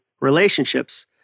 relationships